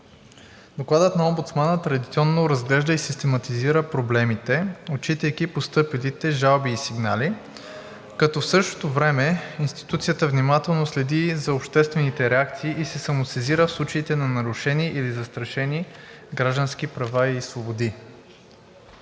Докладът на омбудсмана традиционно разглежда и систематизира проблемите, отчитайки постъпилите жалби и сигнали, като в същото време институцията внимателно следи за обществените реакции и се самосезира в случаите на нарушени или застрашени граждански права и свободи.